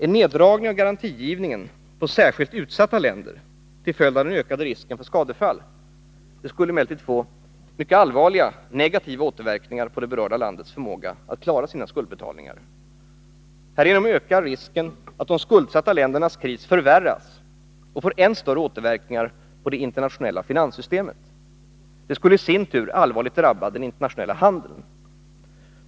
En neddragning av garantigivningen på särskilt utsatta länder till följd av den ökande risken för skadefall skulle emellertid få allvarliga negativa återverkningar på det berörda landets förmåga att klara sina skuldbetalningar. Härigenom ökar risken att de skuldsatta ländernas kris förvärras och får än större återverkningar på det internationella finanssystemet. Detta skulle i sin tur allvarligt drabba den internationella handeln.